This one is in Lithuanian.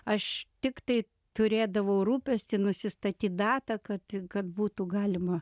aš tiktai turėdavau rūpestį nusistatyt datą kad kad būtų galima